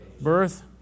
Birth